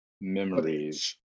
memories